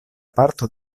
parto